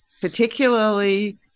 Particularly